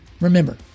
remember